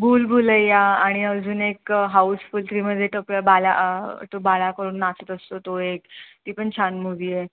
भूलभुलैया आणि अजून एक हाऊसफुल थ्रीमध्ये बाल्या तो बाळ्या करून नाचत असतो तो एक ती पण छान मूवी आहे